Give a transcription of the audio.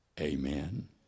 amen